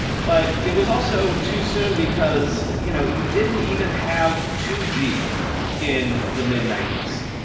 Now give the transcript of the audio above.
but it was also too soon, because you know you didn't even have two g in the mid ninety s.